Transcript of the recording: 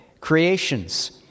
creations